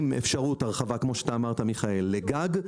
עם אפשרות הרחבה, כמו שאמרת, מיכאל, לגג.